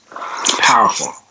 powerful